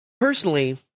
personally